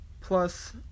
Plus